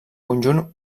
conjunt